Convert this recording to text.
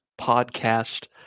podcast